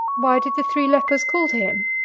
why did the three lepers call to him?